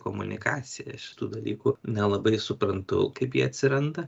komunikaciją šitų dalykų nelabai suprantu kaip jie atsiranda